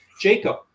Jacob